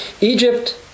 Egypt